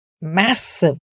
massive